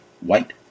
white